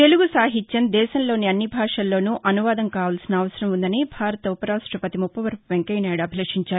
తెలుగు సాహిత్యం దేశంలోని అన్ని భాషల్లోనూ అనువాదం కావల్పిన అవసరం ఉందని భారత్ ఉపర్యాష్టపతి ముపవరపు వెంకయ్య నాయుడు అభిలషించారు